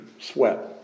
sweat